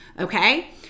okay